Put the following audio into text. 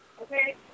Okay